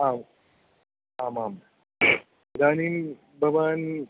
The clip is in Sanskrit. आम् आम् आम् इदानीं भवान्